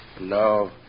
No